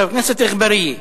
חבר הכנסת עפו אגבאריה,